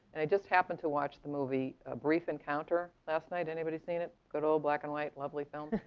and i just happened to watch the movie ah brief encounter last night, anybody seen it? good old black and white, lovely film.